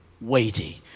weighty